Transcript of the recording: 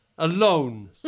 Alone